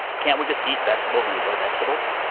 can't we just eat vegetables and enjoy vegetables?